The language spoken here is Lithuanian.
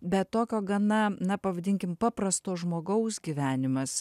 bet tokio gana na pavadinkim paprasto žmogaus gyvenimas